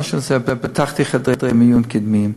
פתחתי חדרי מיון קדמיים,